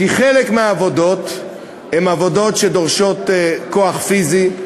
כי חלק מהעבודות הן עבודות שדורשות כוח פיזי,